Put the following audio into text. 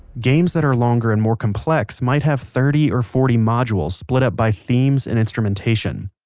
games that are longer and more complex might have thirty or forty modules split up by themes and instrumentation.